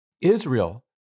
Israel